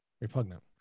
Repugnant